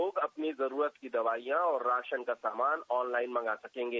लोग अपनी जरूरत की दवाइयां और राशन का सामान ऑनलाईन मंगा सकेंगे